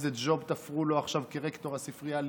תראה איזה ג'וב תפרו עכשיו לשי ניצן כרקטור הספרייה הלאומית,